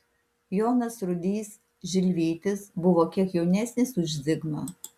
jonas rudys žilvytis buvo kiek jaunesnis už zigmą